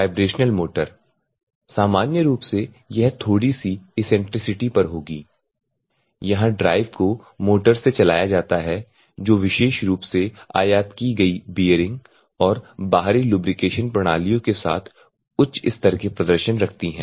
vibrational motor सामान्य रूप से यह थोड़ी सी इसेंट्रिसिटी पर होगी यहां ड्राइव को मोटर्स से चलाया जाता है जो विशेष रूप से आयात की गई बीयरिंग और बाहरी लुब्रिकेशन प्रणालियों के साथ उच्च स्तर के प्रदर्शन रखती हैं